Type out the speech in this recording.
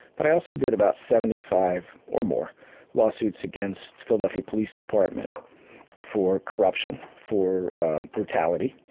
but i also did about seventy five or more lawsuits against philadelphia police department for corruption, for brutality,